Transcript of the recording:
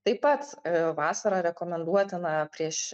taip pat vasarą rekomenduotina prieš